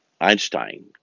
Einstein